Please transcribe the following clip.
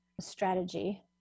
strategy